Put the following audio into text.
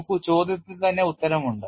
നോക്കൂ ചോദ്യത്തിൽ തന്നെ ഉത്തരം ഉണ്ട്